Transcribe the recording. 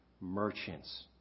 merchants